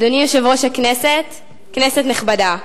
אדוני יושב-ראש הכנסת, כנסת נכבדה,